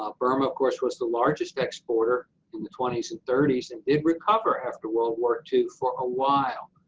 um burma of course was the largest exporter in the twenty s and thirty s and did recover after world war ii for a while.